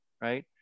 right